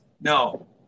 No